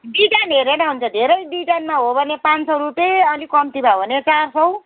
design हेरेर हुन्छ धेरै डिजाइनमा हो भने पाँच सौ रुपियाँ अलिक कम्तीमा हो भने चार सौ